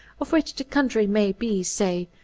of which the country may be, say,